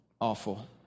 awful